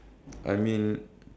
I mean